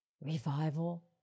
revival